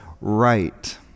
right